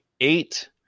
eight